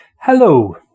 Hello